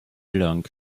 lang